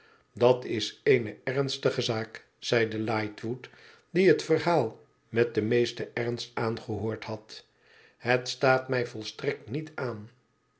dat is eene ernstige zaak zeide lightwood die het verhaal met den meesten ernst aangehoord had het staat mij volstrekt niet aan